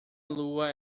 lua